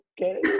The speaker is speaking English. okay